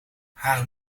haar